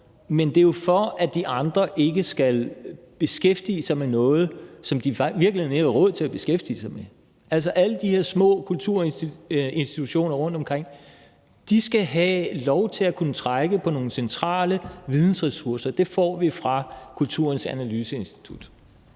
men det er jo, for at de andre ikke skal beskæftige sig med noget, som de i virkeligheden ikke har råd til at beskæftige sig med. Altså, alle de her små kulturinstitutioner rundtomkring skal have lov til at kunne trække på nogle centrale vidensressourcer, og dem får vi med Kulturens Analyseinstitut.